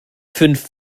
fünf